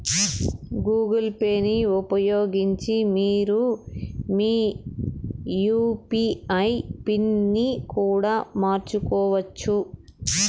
Google పేని ఉపయోగించి మీరు మీ యూ.పీ.ఐ పిన్ ని కూడా మార్చుకోవచ్చు